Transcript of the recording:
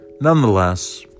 Nonetheless